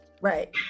right